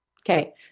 Okay